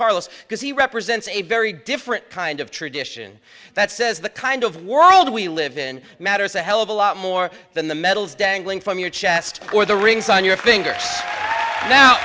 carlos because he represents a very different kind of tradition that says the kind of world we live in matters a hell of a lot more than the medals dangling from your chest or the rings on your fingers now